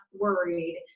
worried